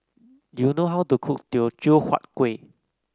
do you know how to cook Teochew Huat Kuih